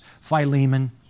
Philemon